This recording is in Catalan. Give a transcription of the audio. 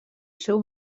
seu